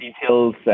details